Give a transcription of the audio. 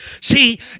See